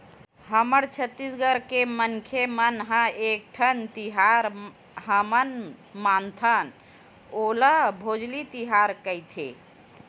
हमर छत्तीसगढ़ के मनखे मन ह एकठन तिहार हमन मनाथन ओला भोजली तिहार कइथे